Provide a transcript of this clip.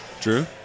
Drew